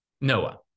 Noah